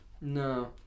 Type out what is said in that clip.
No